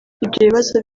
bibazo